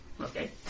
Okay